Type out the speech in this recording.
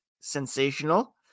sensational